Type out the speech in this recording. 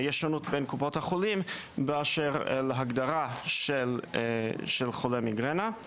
יש לנו בקופות החולים הגדרה של חולי מיגרנה.